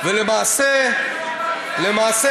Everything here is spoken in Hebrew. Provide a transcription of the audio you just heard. ולמעשה למעשה,